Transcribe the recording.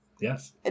Yes